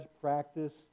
practice